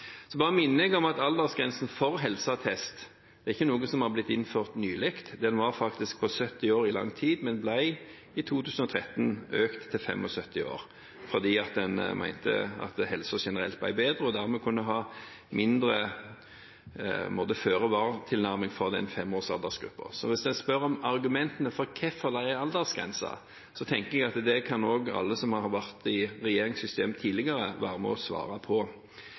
Så bare minner jeg om at aldersgrensen for helseattest ikke er noe som har blitt innført nylig. Den var faktisk 70 år i lang tid, men ble i 2013 økt til 75 år, fordi man mente at helsen generelt ble bedre, og at man dermed kunne ha mindre føre var-tilnærming for aldersgruppen mellom 70 og 75 år. Så hvis man spør om argumentene for hvorfor det er en aldersgrense, tenker jeg at det kan alle som har vært i regjeringssystemet tidligere, være med og svare på.